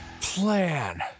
plan